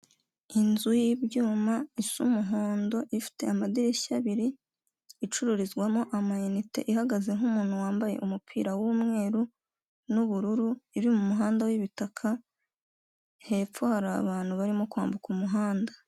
Inzu y'ibyuma isa umuhondo, ifite amadirishya abiri, icururizwamo amayinite, ihagazeho umuntu wambaye umupira w'umweru n'ubururu, iri mu muhanda w'ibitaka, hepfo hari abantu barimo kwambuka umuhanda.